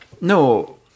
no